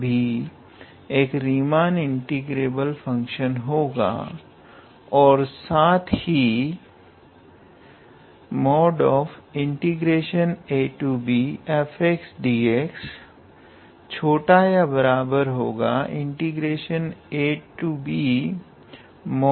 भी एक Riemann integrable function होगा और साथ ही abfdxabfdx